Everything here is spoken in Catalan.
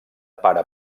pare